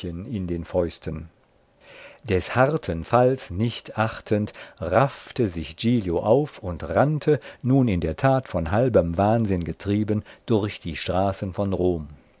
in den fäusten des harten falls nicht achtend raffte sich giglio auf und rannte nun in der tat von halbem wahnsinn getrieben durch die straßen von rom